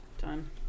Done